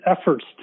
efforts